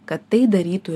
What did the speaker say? kad tai darytų